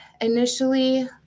initially